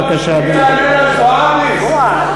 בבקשה, אדוני.